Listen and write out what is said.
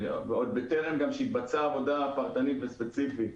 עוד בטרם התבצעה עבודה פרטנית וספציפית,